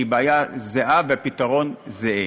היא בעיה זהה והפתרון זהה.